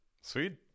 Sweet